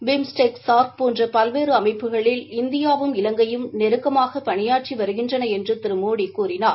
BIMSTEC SAARC போன்ற பல்வேறு அமைப்புகளில் இந்தியாவும் இவங்கையும் நெருக்கமாக பணியாற்றி வருகின்றன என்று திரு மோடி கூறினார்